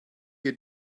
you